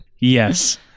Yes